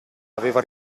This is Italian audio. aveva